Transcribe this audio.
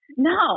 No